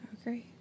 Okay